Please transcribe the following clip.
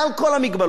על כל הבעיות,